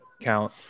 count